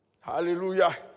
Hallelujah